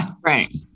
Right